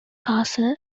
castle